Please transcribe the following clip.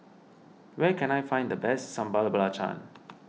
where can I find the best Sambal Belacan